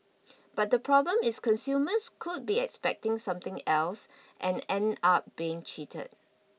but the problem is consumers could be expecting something else and end up being cheated